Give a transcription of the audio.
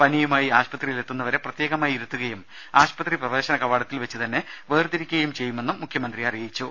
പനിയുമായി ആശുപത്രിയിലെത്തുന്നവരെ പ്രത്യേകമായി ഇരുത്തുകയും ആശുപത്രി പ്രവേശന കവാടത്തിൽ വെച്ചുതന്നെ വേർതിരിക്കുകയും ചെയ്യുമെന്നും മുഖ്യമന്ത്രി അറിയിച്ചു